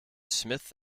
smith